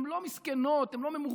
הן לא מסכנות, הן לא ממורמרות,